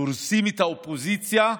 דורסים את האופוזיציה,